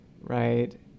right